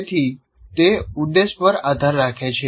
તેથી તે ઉદ્દેશ પર આધાર રાખે છે